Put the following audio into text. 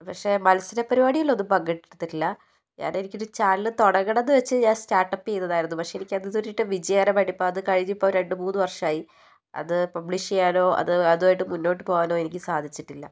പക്ഷെ മത്സര പരിപാടീലൊന്നും പങ്കെടുത്തിട്ടില്ല ഞാൻ എനിക്കൊരു ചാനല് തുടങ്ങണമെന്ന് വച്ച് ഞാൻ സ്റ്റാർട്ട് അപ്പ് ചെയ്തതായിരുന്നു പക്ഷെ എനിക്കത് ഇതുവരെ ആയിട്ട് വിജയകരമായിട്ട് ഇപ്പം അതുകഴിഞ്ഞ് ഇപ്പം രണ്ട് മൂന്ന് വർഷമായി അത് പബ്ലിഷ് ചെയ്യാനോ അത് അതുവായിട്ട് മുന്നോട്ട് പോകാനോ എനിക്ക് സാധിച്ചിട്ടില്ല